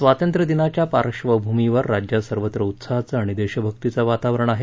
स्वातंत्रदिनाच्या पार्श्वभूमीवर राज्यात सर्वत्र उत्साहाचं आणि देशभक्तीचं वातावरण आहे